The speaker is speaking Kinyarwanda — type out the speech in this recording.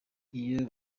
iyo